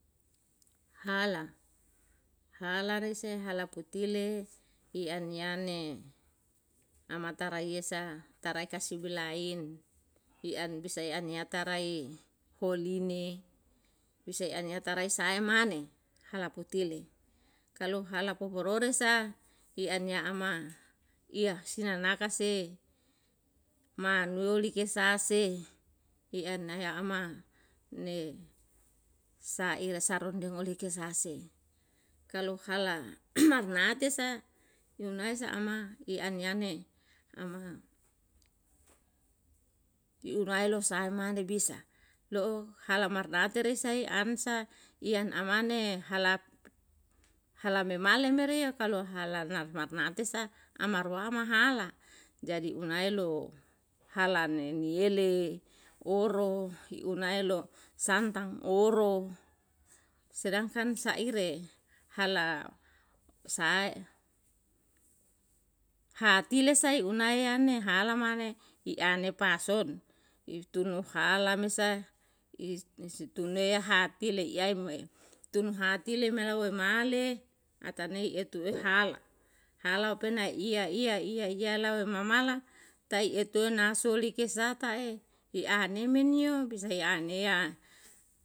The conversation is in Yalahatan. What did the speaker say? Hala. hala rise hala putile i an yane amataraesa tarae kasbilain i an bisa i an tarai holine bisa i an tarai sahae mane hala putile kalo hala popororosa i an ama iasinagase manuligesase i an ama ne saira saronde nguligesase kalu hala magnate sa yunai sa ama i an yane ama waelo sae mane bisa loo hala marnate resai ansa i an amane hala memale mer iyo kalo hala marnate sa amar wama hala jadi unaielo hala niyele woro unaielo santang woro sedangkan saire hala hatile sai unayane hala mane i ane pason i tunu hala mesa isitunie hati leyai me tun hati leme wemale le ataneie etu la hala. hala utune iya iya iya la yaomamala tai etunasuleke zata e i ainemen yo bisa i annea